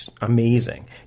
amazing